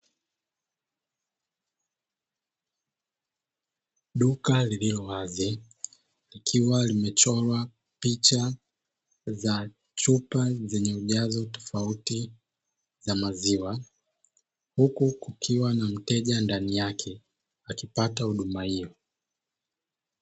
Duka lililowazi Ikiwa limechorwa picha Za chupa zenye ujazo tofauti Za maziwa Huku kukiwa na mteja ndani yake akipata huduma hiyo.